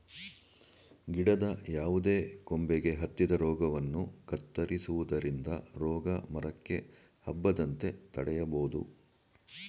ಗಿಡದ ಯಾವುದೇ ಕೊಂಬೆಗೆ ಹತ್ತಿದ ರೋಗವನ್ನು ಕತ್ತರಿಸುವುದರಿಂದ ರೋಗ ಮರಕ್ಕೆ ಹಬ್ಬದಂತೆ ತಡೆಯಬೋದು